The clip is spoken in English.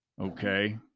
okay